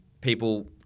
people